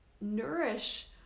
nourish